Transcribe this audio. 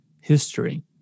history